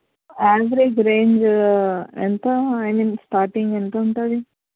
average range ఎంత I mean starting ఎంత ఉంటుంది